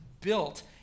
built